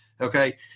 Okay